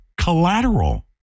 collateral